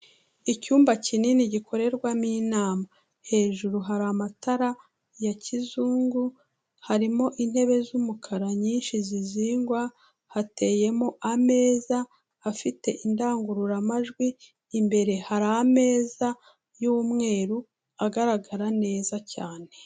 Icyumba kinini gikorerwamo inama, hejuru hari amatara ya kizungu, harimo intebe z'umukara nyinshi zizingwa, hateyemo ameza afite indangururamajwi, imbere hari ameza y'umweru agaragara neza cyane.